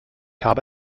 habe